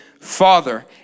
father